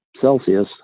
celsius